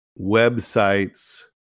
websites